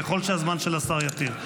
ככל שהזמן של השר יתיר.